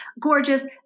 gorgeous